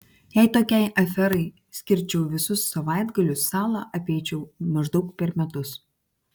jei tokiai aferai skirčiau visus savaitgalius salą apeičiau maždaug per metus